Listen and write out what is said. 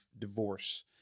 divorce